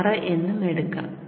6 എന്നും എടുക്കാം